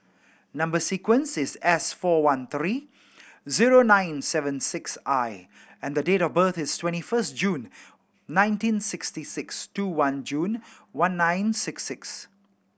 number sequence is S four one three zero nine seven six I and the date of birth is twenty first June nineteen sixty six two one June one nine six six